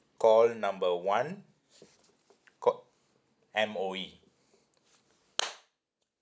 call number one ca~ M_O_E